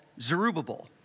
Zerubbabel